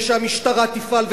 ושהמשטרה תפעל,